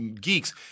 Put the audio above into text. geeks